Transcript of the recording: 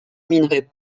minerai